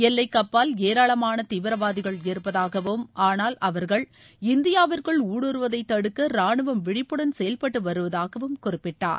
எல்லைக்கு அப்பால் ஏராளமான தீவிரவாதிகள் இருப்பதாகவும் ஆனால் அவர்கள் இந்தியாவிற்குள் ஊடுருவுவதை தடுக்க ராணுவம் விழிப்புடன் செயல்பட்டு வருவதாகவும் குறிப்பிட்டார்